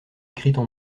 écrites